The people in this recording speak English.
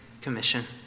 Commission